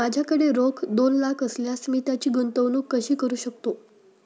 माझ्याकडे रोख दोन लाख असल्यास मी त्याची गुंतवणूक कशी करू शकतो?